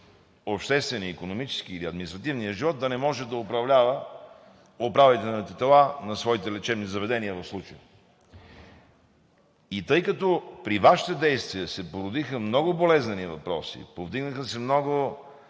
обществения, икономическия или административния живот да не може да управлява управителните тела на своите лечебни заведения в случая. Тъй като при Вашите действия се породиха много болезнени въпроси, повдигнаха се много